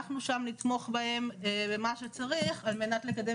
אנחנו שם נתמוך בהם במה שצריך על מנת לקדם